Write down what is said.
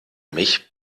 mich